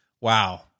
Wow